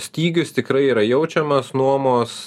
stygius tikrai yra jaučiamas nuomos